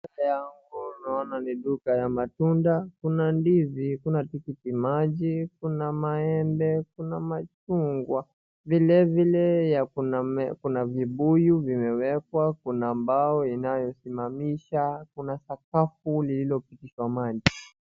Mbele yangu naona ni duka ya matunda. Kuna dizi, kuna tikitiki maji, kuna maembe, kuna machungwa, vilevile kuna vibuyu vimewekwa. Kuna mbao inayosimamisha, kuna sakafu lililopitishwa maji.